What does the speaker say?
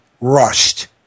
rushed